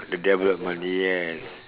the devil of money yes